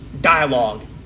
dialogue